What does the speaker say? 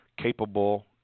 capable